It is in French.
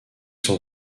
sont